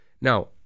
Now